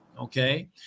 Okay